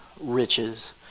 Riches